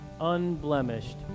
unblemished